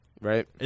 right